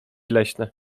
leśne